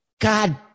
God